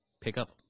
pickup